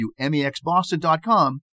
WMEXBoston.com